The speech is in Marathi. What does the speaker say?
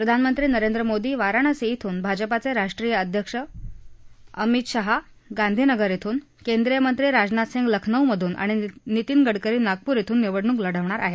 प्रधानमंत्री नरेंद्र मोदी वाराणसी इथून भाजपाचे राष्ट्रीय अध्यक्ष अमित शहा गांधीनगर केंद्रीय मंत्री राजनाथ सिंह लखनौ आणि नितीन गडकरी नागपूर इथून निवडणूक लढवणार आहेत